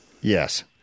Yes